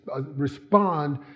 respond